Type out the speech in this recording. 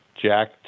jack